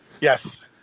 Yes